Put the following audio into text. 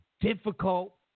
difficult